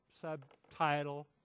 subtitle